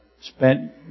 spent